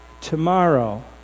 Tomorrow